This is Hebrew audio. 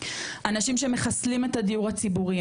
אנשים שמחסלים את הדיור הציבורי,